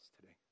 today